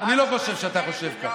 אני לא חושב שאתה חושב כך.